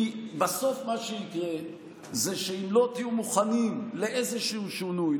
כי בסוף מה שיקרה זה שאם לא תהיו מוכנים לאיזשהו שינוי,